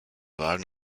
wagen